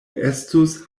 estus